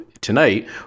tonight